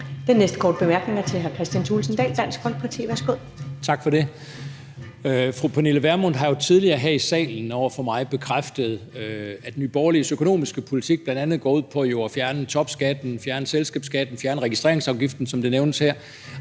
Den næste korte bemærkning er til hr. Kristian Thulesen Dahl, Dansk Folkeparti. Værsgo. Kl. 15:45 Kristian Thulesen Dahl (DF): Tak for det. Fru Pernille Vermund har jo tidligere her i salen over for mig bekræftet, at Nye Borgerliges økonomiske politik bl.a. går ud på at fjerne topskatten, fjerne selskabsskatten, fjerne registreringsafgiften, som det nævnes her,